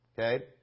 Okay